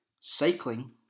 cycling